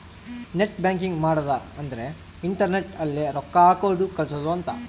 net banking ಮಾಡದ ಅಂದ್ರೆ internet ಅಲ್ಲೆ ರೊಕ್ಕ ಹಾಕೋದು ಕಳ್ಸೋದು ಅಂತ